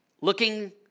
looking